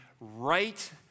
right